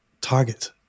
target